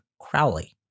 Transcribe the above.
Crowley